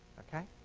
ok?